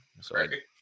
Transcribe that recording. sorry